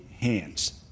hands